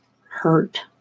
hurt